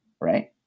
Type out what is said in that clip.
right